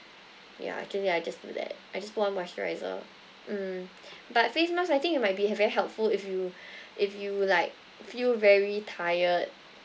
ya actually I just do that I just put on moisturiser mm but face mask I think it might be very helpful if you if you like feel very tired